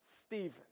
Stephen